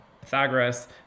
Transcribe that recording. Pythagoras